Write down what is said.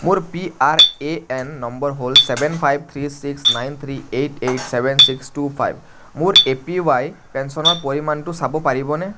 মোৰ P R A N number হ'ল seven five three six nine three eight eight seven six two five মোৰ A P Y পেঞ্চনৰ পৰিমাণটো চাব পাৰিবনে